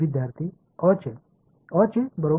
எனவே இவை இப்போது எனக்குத் தெரியாதவை